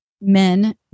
men